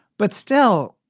but still,